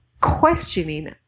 questioning